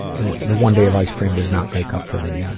the the one day of ice cream does not make up for the yeah